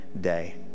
day